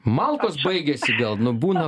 malkos baigėsi gal nu būna